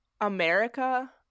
america